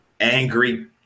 angry